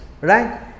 right